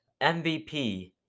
MVP